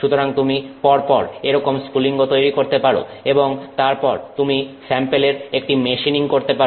সুতরাং তুমি পর পর এরকম স্ফুলিঙ্গ তৈরি করতে পারো এবং তারপর তুমি স্যাম্পেলের একটি মেশিনিং করতে পারো